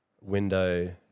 window